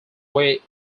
way